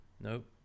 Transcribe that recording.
Nope